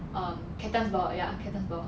um captain's ball ya captain's ball